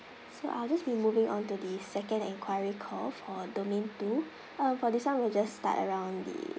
so I'll just be moving onto the second enquiry call for domain two uh for this one we'll just start around the